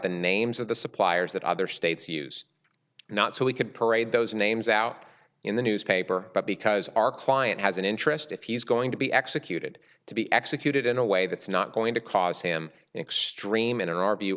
the names of the suppliers that other states use not so we could parade those names out in the newspaper but because our client has an interest if he's going to be executed to be executed in a way that's not going to cost him an extreme in our